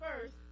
first